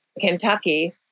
Kentucky